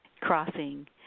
crossing